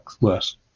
worse